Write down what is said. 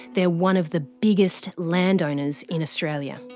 they're one of the biggest land owners in australia.